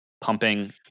pumping